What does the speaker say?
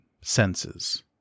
senses